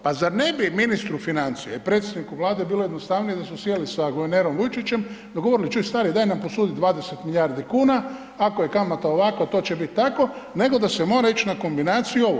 Pa zar ne bi ministru financija i predstavniku Vlade bilo jednostavnije da su sjeli sa guvernerom Vujčićem, dogovorili, čuj stari, daj nam posudi 20 milijardi kuna, ako je kamata ovakva, to će biti tako, nego da se mora ići na kombinaciju ovo.